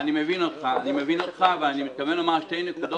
אני מבין אותך, ואני מתכוון לומר שתי נקודות.